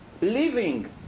living